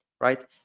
right